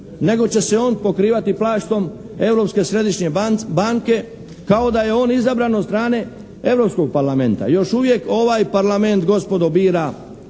nego će se on pokrivati plaštom Europske središnje banke kao da je on izabran od strane Europskog Parlamenta. Još uvijek ovaj Parlament gospodo bira